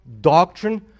doctrine